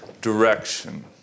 direction